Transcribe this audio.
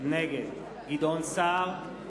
נגד גדעון סער,